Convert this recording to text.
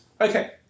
Okay